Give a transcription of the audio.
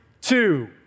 two